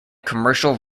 commercial